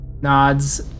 Nods